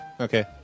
Okay